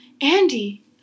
Andy